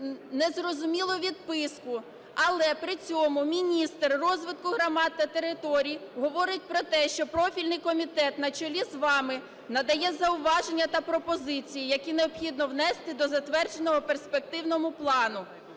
незрозумілу відписку, але при цьому міністр розвитку громад та територій говорить про те, що профільний комітет на чолі з вами надає зауваження та пропозиції, які необхідно внести до затвердженого перспективного плану.